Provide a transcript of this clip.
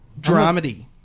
dramedy